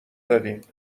دادیدن